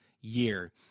year